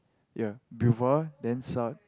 ya Bevour then Saat